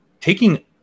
taking